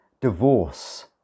divorce